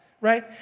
right